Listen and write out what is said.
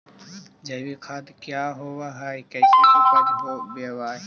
जैविक खाद क्या होब हाय कैसे उपज हो ब्हाय?